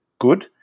good